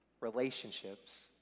relationships